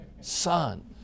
Son